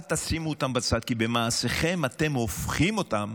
אל תשימו אותם בצד, כי במעשיכם אתם הופכים אותם